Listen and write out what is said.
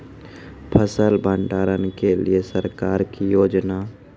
फसल भंडारण के लिए सरकार की योजना?